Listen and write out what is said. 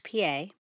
PA